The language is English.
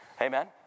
Amen